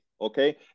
Okay